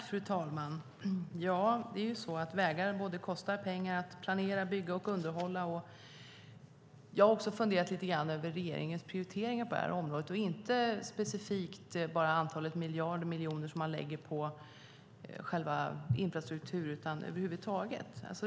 Fru talman! Ja, vägar kostar pengar, både att planera, bygga och underhålla. Jag har funderat lite grann över regeringens prioriteringar på det här området. Det gäller inte bara antalet miljarder man lägger på infrastrukturen utan över huvud taget.